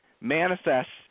manifests